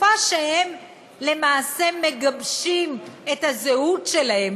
בתקופה שהם למעשה מגבשים את הזהות שלהם,